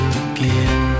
again